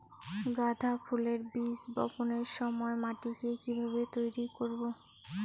গাদা ফুলের বীজ বপনের সময় মাটিকে কিভাবে তৈরি করব?